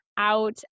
out